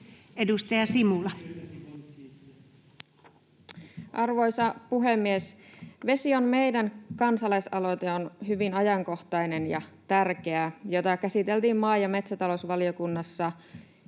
Content: Arvoisa puhemies! Vesi on meidän -kansalaisaloite on hyvin ajankohtainen ja tärkeä, ja sitä käsiteltiin maa- ja metsätalousvaliokunnassa